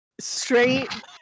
straight